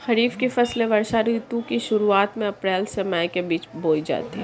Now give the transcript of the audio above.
खरीफ की फसलें वर्षा ऋतु की शुरुआत में अप्रैल से मई के बीच बोई जाती हैं